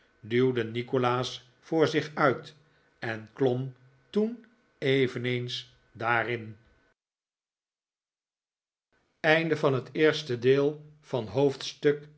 duwde nikolaas voor zich uit en klom toen eveneens daarin